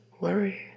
worry